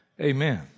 Amen